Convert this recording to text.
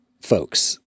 folks